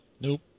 Nope